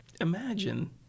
Imagine